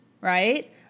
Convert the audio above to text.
right